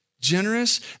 generous